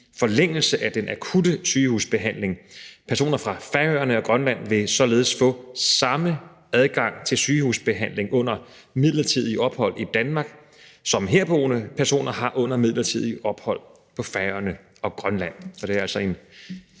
forlængelse af den akutte sygehusbehandling. Personer fra Færøerne og Grønland vil således få samme adgang til sygehusbehandling under midlertidige ophold i Danmark, som herboende personer har under midlertidige ophold på Færøerne og i Grønland.